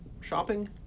shopping